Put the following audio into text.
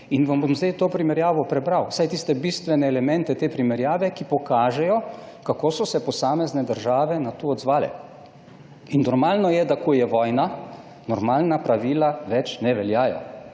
vam bom zdaj to primerjavo prebral, vsaj tiste bistvene elemente te primerjave, ki pokažejo, kako so se posamezne države na to odzvale. Normalno je, da ko je vojna, normalna pravila več ne veljajo,